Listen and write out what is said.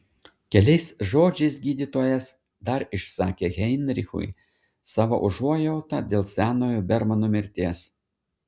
keliais žodžiais gydytojas dar išsakė heinrichui savo užuojautą dėl senojo bermano mirties